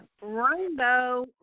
rainbow